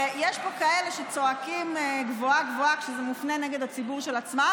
יש פה כאלה שצועקים גבוהה-גבוהה כשזה מופנה נגד הציבור של עצמם,